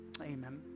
Amen